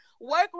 work